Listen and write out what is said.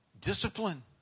Discipline